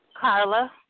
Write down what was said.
Carla